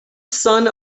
son